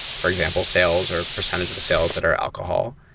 for example, sales or percentage of sales that are alcohol.